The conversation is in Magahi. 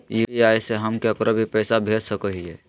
यू.पी.आई से हम केकरो भी पैसा भेज सको हियै?